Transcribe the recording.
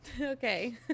Okay